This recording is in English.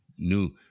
New